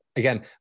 again